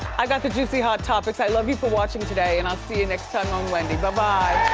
i got the juicy hot topics. i love you for watching today, and i'll see you next time on wendy. bye bye.